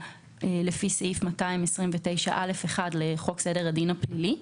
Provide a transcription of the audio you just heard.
לפי סעיף 229(א)(1) לחוק סדר הדין הפלילי.